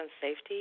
safety